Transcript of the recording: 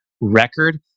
record